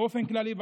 באופן כללי,